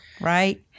right